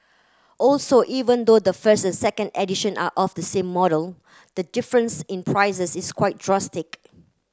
also even though the first second edition are of the same model the difference in prices is quite drastic